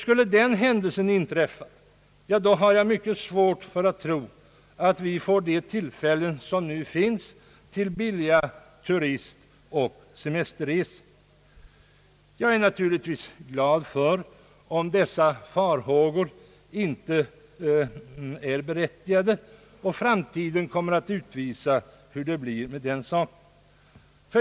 Skulle denna händelse inträffa, då har jag mycket svårt att tro att vi får de tillfällen som nu finns till billiga turistoch semesterresor. Jag är naturligtvis glad om dessa farhågor inte är berättigade, och framtiden kommer att utvisa hur det blir med den saken.